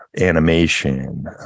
animation